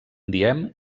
diem